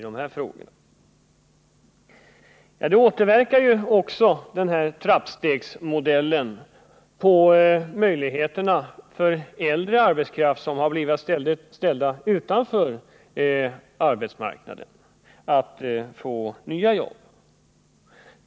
Den här trappstegsmodellen återverkar också på möjligheterna för äldre arbetskraft, som blivit ställd utanför arbetsmarknaden, att få nya jobb.